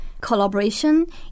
collaboration